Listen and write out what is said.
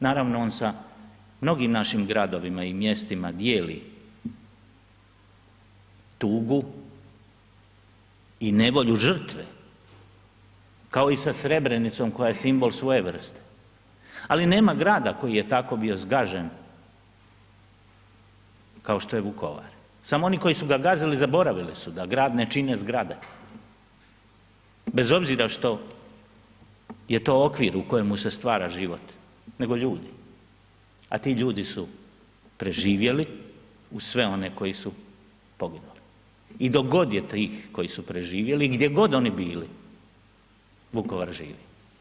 Naravno, on sa mnogim našim gradovima i mjestima dijeli tugu i nevolju žrtve, kao i sa Srebrenicom koja je simbol svoje vrste, ali nema grada koji je tako bio zgažen kao što je Vukovar, samo oni koji su ga gazili zaboravili su da grad ne čine zgrade bez obzira što je to okvir u kojemu se stvara život, nego ljudi, a ti ljudi su preživjeli uz sve one koji su poginuli i dok god je tih koji su preživjeli i gdje god oni bili Vukovar živi.